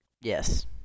yes